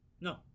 No